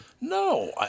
No